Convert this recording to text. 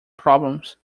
problems